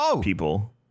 people